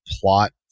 plot